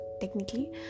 technically